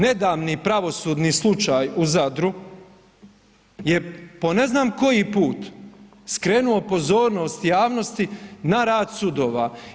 Nedavni pravosudni slučaj u Zadru je po ne znam koji put skrenuo pozornost javnosti na rad sudova.